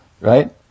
Right